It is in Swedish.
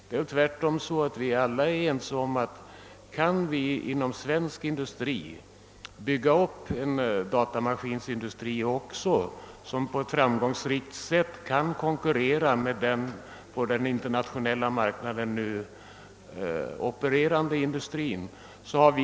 Vi hälsar väl tvärtom alla med tillfredsställelse att svensk industri kan bygga upp en datamaskintillverkning, som på ett framgångsrikt sätt kan konkurrera med den på den internationella marknaden opererande industrin.